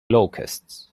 locusts